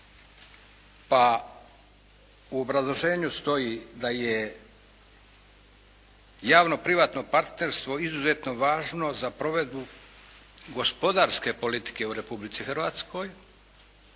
Pa u obrazloženju stoji da je javno privatno partnerstvo izuzetno važno za provedbu gospodarske politike u Republici Hrvatskoj,